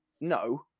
No